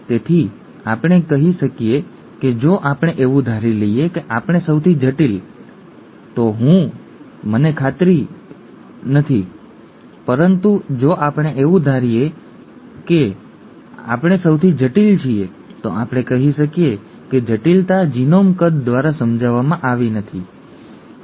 તેથી આપણે કહી શકીએ કે જો આપણે એવું ધારી લઈએ કે આપણે સૌથી જટિલ હું છીએ તો મને તે વિશે બહુ ખાતરી નથી પરંતુ જો આપણે એવું ધારી લઈએ કે આપણે સૌથી જટિલ છીએ તો આપણે કહી શકીએ કે જટિલતા જીનોમ કદ દ્વારા સમજાવવામાં આવી નથી ખરું ને